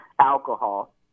alcohol